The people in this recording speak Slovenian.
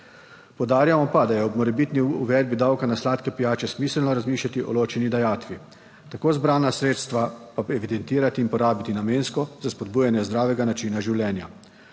Poudarjamo pa, da je ob morebitni uvedbi davka na sladke pijače smiselno razmišljati o ločeni dajatvi, tako zbrana sredstva pa evidentirati in porabiti namensko za spodbujanje zdravega načina življenja,